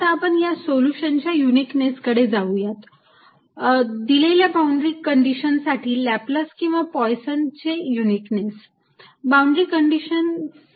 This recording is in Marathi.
आता आपण या सोल्युशनच्या युनिकनेस कडे जाऊयात दिलेल्या बाउंड्री कंडीशन साठी लाप्लास किंवा Poisson equations Laplace's or Poisson's equation चे युनिकनेस